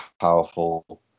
powerful